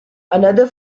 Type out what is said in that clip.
another